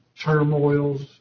turmoils